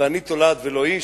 ואני תולעת ולא איש?